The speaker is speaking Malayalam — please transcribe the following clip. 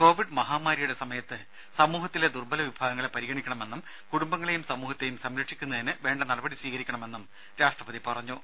കോവിഡ് മഹാമാരിയുടെ സമയത്ത് സമൂഹത്തിലെ ദുർബല വിഭാഗങ്ങളെ പരിഗണിക്കണമെന്നും കുടുംബങ്ങളേയും സമൂഹത്തേയും സംരക്ഷിക്കുന്നതിന് വേണ്ട നടപടി സ്വീകരിക്കണമെന്നും രാഷ്ട്രപതി പറഞ്ഞു